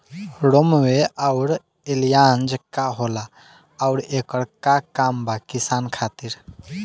रोम्वे आउर एलियान्ज का होला आउरएकर का काम बा किसान खातिर?